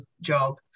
job